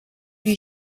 lui